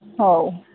ହଉ